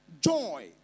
Joy